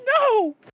no